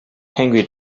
angry